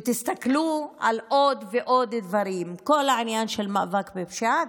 ותסתכלו על עוד ועוד דברים: כל העניין של המאבק בפשיעה,